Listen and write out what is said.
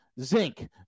zinc